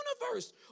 universe